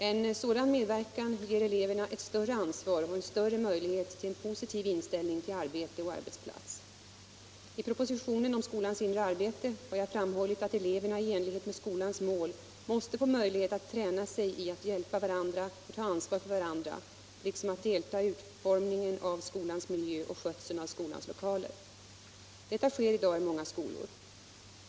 En sådan medverkan ger eleverna ett större ansvar och större möjlighet till en positiv inställning till arbete och arbetsplats. I propositionen 1975/76:39 om skolans inre arbete har jag framhållit att eleverna i enlighet med skolans mål måste få möjlighet att träna sig i att hjälpa varandra och ta ansvar för varandra liksom att delta i utformningen av skolans miljö och skötseln av skolans lokaler. Detta sker i dag i många skolor.